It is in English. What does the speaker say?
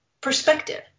perspective